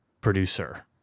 producer